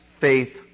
faith